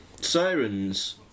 Sirens